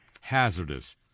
hazardous